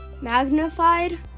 magnified